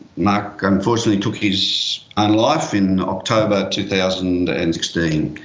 mark unfortunately took his own life in october two thousand and sixteen.